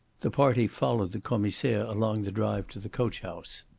the party followed the commissaire along the drive to the coach-house.